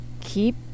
keep